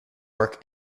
work